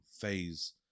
phase